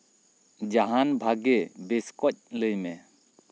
ᱡᱟᱦᱟᱱ ᱵᱷᱟᱹᱜᱤ ᱢᱮᱥᱠᱚᱡ ᱞᱟᱹᱭ ᱢᱮ